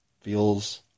feels